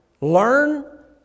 learn